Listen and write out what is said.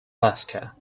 alaska